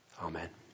Amen